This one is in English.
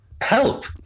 help